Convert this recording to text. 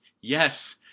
Yes